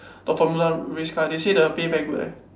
the formula race car they say the pay very good eh